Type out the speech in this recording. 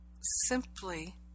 simply